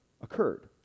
occurred